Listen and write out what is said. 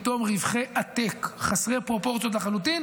אתם רואים פתאום רווחי עתק חסרי פרופורציות לחלוטין